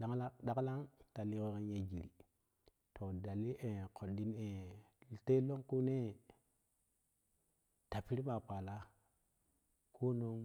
Ɗanlaa ɗaklan ta liko ƙan ya jiri to dali e koddi e te lonkina tapiri ma kpala konon